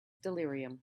delirium